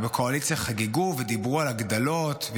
ובקואליציה חגגו ודיברו על הגדלות,